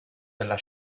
della